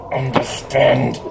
understand